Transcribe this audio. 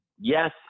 Yes